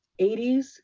80s